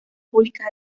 públicas